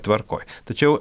tvarkoj tačiau